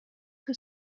que